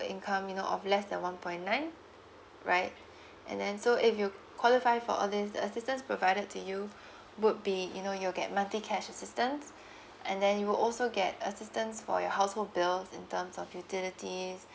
income you know of less than one point nine right and then so if you qualify for all these the assistance provided to you would be you know you'll get monthly cash assistance and then you'll also get assistance for your household bills in terms of utilities